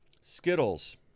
Skittles